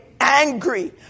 angry